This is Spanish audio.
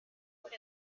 por